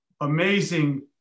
amazing